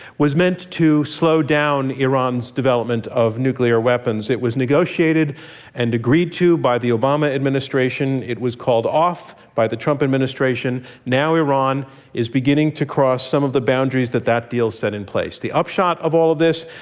was meant to slow down iran's development of nuclear weapons. it was negotiated and agreed to by the obama administration. it was called off by the trump administration. now iran is beginning to cross some of the boundaries that that deal set in place. the upshot of all of this,